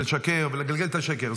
ולשקר ולגלגל את השקר.